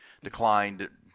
declined –